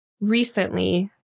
recently